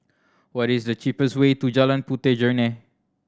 what is the cheapest way to Jalan Puteh Jerneh